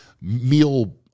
meal